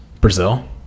Brazil